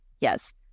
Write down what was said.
Yes